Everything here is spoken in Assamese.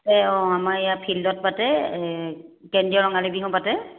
এই অঁ আমাৰ ইয়াৰ ফিল্ডত পাতে কেন্দ্ৰীয় ৰঙালী বিহু পাতে